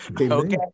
okay